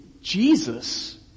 Jesus